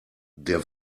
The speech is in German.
der